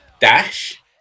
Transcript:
dash